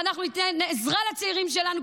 ואנחנו ניתן עזרה לצעירים שלנו,